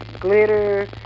glitter